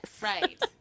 Right